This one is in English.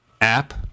app